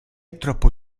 troppo